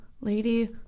Lady